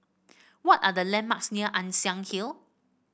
what are the landmarks near Ann Siang Hill